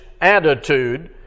attitude